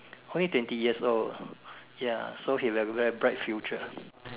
only twenty years old ya so he will have very bright future